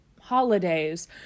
holidays